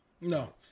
No